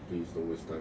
please don't waste time